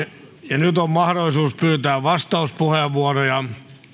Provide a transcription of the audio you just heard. kiitos nyt on mahdollisuus pyytää vastauspuheenvuoroja